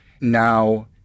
now